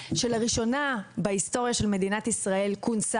הוועדה הראשונה שכונסה בהיסטוריה של מדינת ישראל.